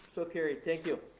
so carried, thank you.